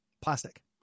Plastic